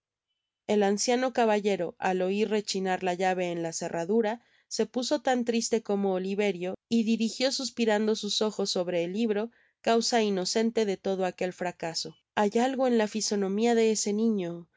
el anciano caballero al oir rechinar la llave en la cerradura se puso tan triste como oliverio y dirijió suspirando sus ojos sobre el libro causa inocente de todo aquel fracaso hay algo en la fisonomia de ese niño se